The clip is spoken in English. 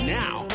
now